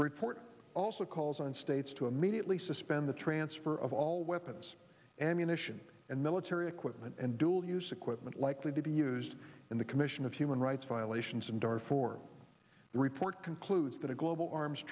report also calls on states to immediately suspend the transfer of all weapons and munitions and military equipment and dual use equipment likely to be used in the commission of human rights violations and or for the report concludes that a global arms